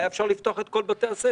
היה אפשר לפתוח את כל בתי הספר.